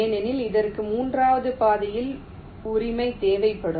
ஏனெனில் இதற்கு மூன்றாவது பாதையில் உரிமை தேவைப்படும்